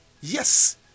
Yes